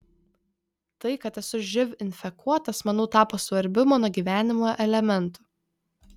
tai kad esu živ infekuotas manau tapo svarbiu mano gyvenimo elementu